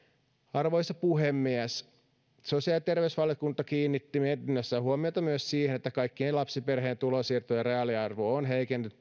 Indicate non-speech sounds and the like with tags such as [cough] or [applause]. arvoisa puhemies sosiaali ja terveysvaliokunta kiinnitti mietinnössään huomiota myös siihen että kaikkien lapsiperheiden tulonsiirtojen reaaliarvo on heikennyt [unintelligible]